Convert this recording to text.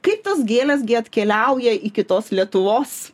kaip tos gėlės gi atkeliauja iki tos lietuvos